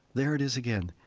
there it is again.